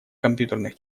компьютерных